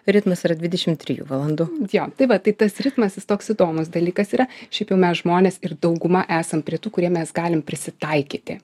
ritmas yra dvidešim trijų valandų jo tai va tai tas ritmas jis toks įdomus dalykas yra šiaip jau mes žmonės ir dauguma esam prie tų kurie mes galim prisitaikyti